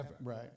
Right